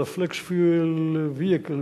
על ה-Flex-Fuel Vehicle,